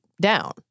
down